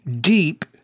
deep